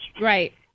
Right